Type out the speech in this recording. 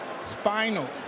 Spinal